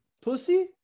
Pussy